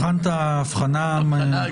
הבחנת הבחנה,